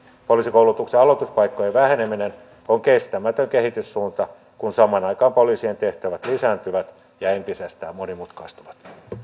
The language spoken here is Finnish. poliisikoulutuksen aloituspaikkojen väheneminen on kestämätön kehityssuunta kun samaan aikaan poliisien tehtävät lisääntyvät ja entisestään monimutkaistuvat